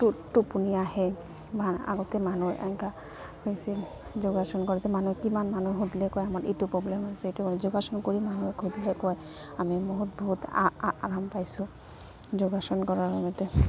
টো টোপনি আহে বা আগতে মানুহ এনকা হৈছে যোগাসন কৰোতে মানুহে কিমান মানুহ সুধিল কয় আমাৰ এইটো প্ৰব্লেম আছে এইটো যোগাসন কৰি মানুহে সুধিলে কয় আমি বহুত বহুত আ আৰাম পাইছোঁ যোগাসন কৰাৰ সময়তে